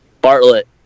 Bartlett